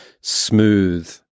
smooth